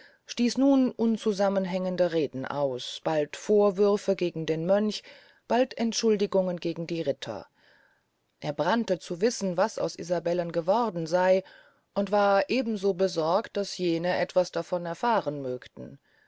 stieß nun unzusammenhängende reden aus bald vorwürfe gegen den mönch bald entschuldigungen gegen die ritter er brannte zu wissen was aus isabellen geworden sey und war eben so besorgt daß jene etwas davon erfahren mögten